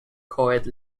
coed